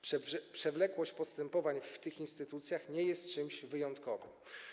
Przewlekłość postępowań w tych instytucjach nie jest czymś wyjątkowym.